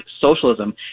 socialism